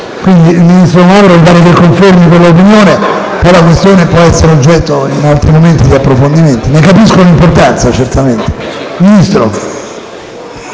Il ministro Moavero mi pare che confermi quell'opinione. Poi la questione potrà essere oggetto in altri momenti di approfondimento. Ne capisco l'importanza, certamente.